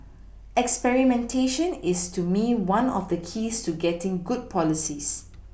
experimentation is to me one of the keys to getting good policies